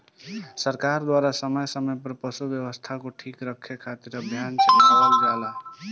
सरकार द्वारा समय समय पर पशु स्वास्थ्य के ठीक रखे खातिर अभियान चलावल जाला